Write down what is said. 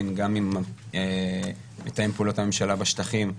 וגם עם מתאם פעולות הממשלה בשטחים,